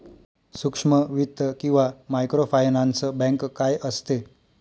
सूक्ष्म वित्त किंवा मायक्रोफायनान्स बँक काय असते?